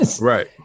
Right